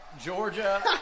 Georgia